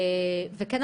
ועדת הבריאות.